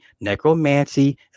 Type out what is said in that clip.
Necromancy